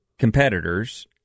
competitors